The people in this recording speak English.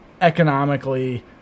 economically